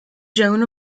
joan